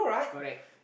correct